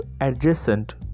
adjacent